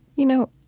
you know,